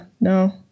no